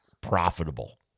profitable